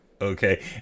okay